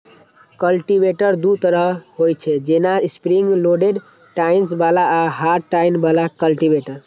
cultivator दू तरहक होइ छै, जेना स्प्रिंग लोडेड टाइन्स बला आ हार्ड टाइन बला कल्टीवेटर